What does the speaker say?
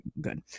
good